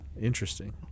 Interesting